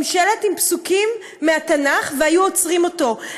שלט עם פסוקים מהתנ"ך והיו עוצרים אותו,